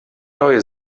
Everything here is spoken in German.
neue